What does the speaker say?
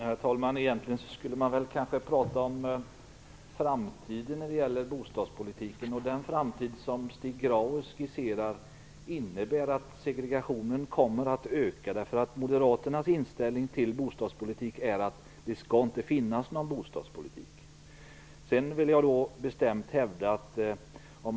Herr talman! Egentligen skulle man kanske prata om framtiden när det gäller bostadspolitiken. Den framtid som Stig Grauers skisserar innebär att segregationen kommer att öka. Moderaternas inställning till bostadspolitik är nämligen att det inte skall finnas någon bostadspolitik. Stig Grauers talar om historien.